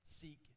seek